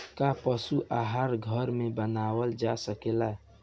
का पशु आहार घर में बनावल जा सकेला?